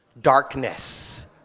darkness